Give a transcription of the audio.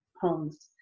homes